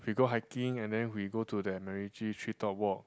we go hiking and then we go to that MacRitchie treetop walk